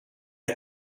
jag